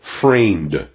framed